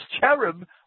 cherub